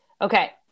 Okay